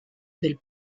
del